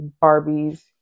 Barbie's